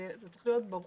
זה צריך להיות ברור.